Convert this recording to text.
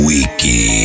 Wiki